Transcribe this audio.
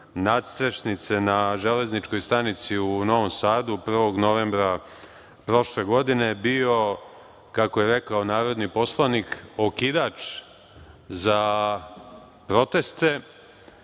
na Železničkoj stanici u Novom Sadu, 1. novembra prošle godine bio, kako je rekao narodni poslanik, okidač za proteste